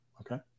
Okay